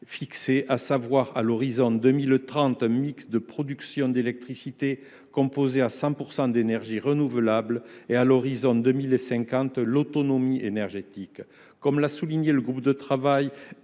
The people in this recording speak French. fixés : à l’horizon 2030, un mix de production d’électricité composé à 100 % d’énergies renouvelables ; à l’horizon 2050, l’autonomie énergétique. Comme l’a souligné le groupe de travail